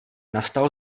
nastal